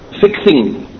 fixing